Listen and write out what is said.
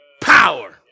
power